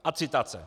A citace: